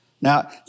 Now